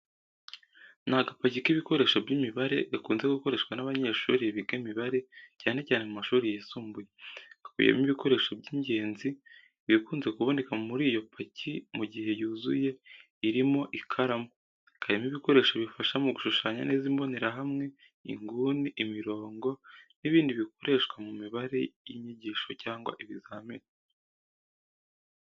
Ni agapaki k’ibikoresho by’imibare gakunze gukoreshwa n’abanyeshuri biga imibare cyane cyane mu mashuri yisumbuye. Gakubiyemo ibikoresho by’ingenzi. Ibikunze kuboneka muri iyo paki mu gihe yuzuye, irimo ikaramu. Karimo ibikoresho bifasha mu gushushanya neza imbonerahamwe, inguni, imirongo n’ibindi bikoreshwa mu mibare y’inyigisho cyangwa ibizamini.